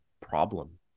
problem